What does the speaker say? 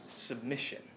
submission